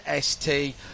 ST